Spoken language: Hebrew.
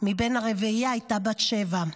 מבין הרביעייה הייתה בת שבע.